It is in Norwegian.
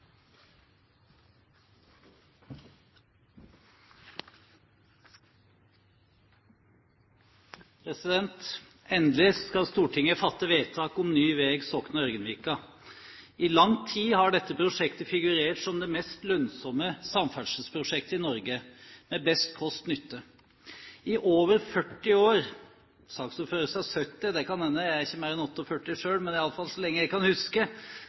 Endelig skal Stortinget fatte vedtak om ny vei mellom Sokna og Ørgenvika. I lang tid har dette prosjektet figurert som det mest lønnsomme samferdselsprosjektet i Norge, med best kost–nytte. I over 40 år – saksordføreren sa 70, det kan hende, jeg er ikke mer enn 48 selv, men i alle fall så lenge jeg kan huske